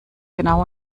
genau